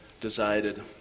decided